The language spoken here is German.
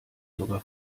sogar